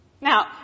Now